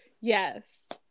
yes